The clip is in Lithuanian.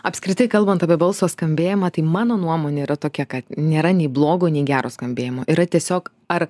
apskritai kalbant apie balso skambėjimą tai mano nuomonė yra tokia kad nėra nei blogo nei gero skambėjimo yra tiesiog ar